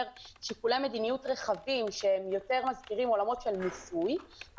שיקולי מדיניות רחבים שיותר מזכירים עולמות של מיסוי,